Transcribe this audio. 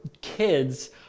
kids